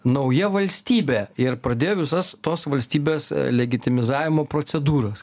nauja valstybė ir pradėjo visas tos valstybės legitimizavimo procedūras